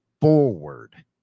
forward